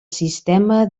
sistema